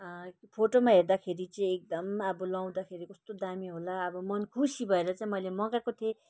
फोटोमा हेर्दाखेरि चाहिँ एकदम अब लाउँदाखेरि कस्तो दामी होला अब मन खुसी भएर चाहिँ मैले मगाएको थिएँ